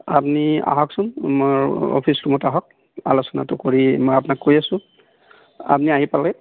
আপনি আহকচোন মোৰ অফিচ ৰুমত আহক আলোচনাটো কৰি মই আপোনাক কৈ আছো আপনি আহি পালেই